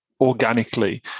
organically